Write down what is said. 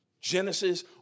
Genesis